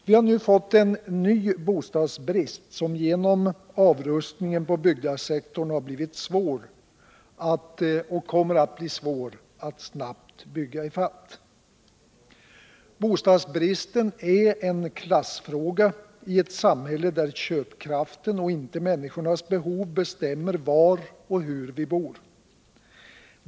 Vi har nu fått en ny bostadsbrist som det genom avrustningen på byggnadssektorn blir svårt att snabbt bygga i fatt. Bostadsbristen är en klassfråga i ett samhälle där köpkraften och inte människornas behov bestämmer var och hur vi bor.